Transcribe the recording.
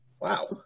Wow